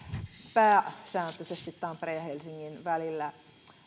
pääsääntöisesti tampereen ja helsingin välillä